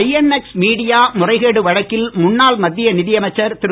INX media முறைகேடு வழக்கில் முன்னாள் மத்திய நிதியமைச்சர் திரு